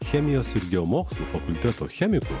chemijos ir geomokslų fakulteto chemiku